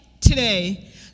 today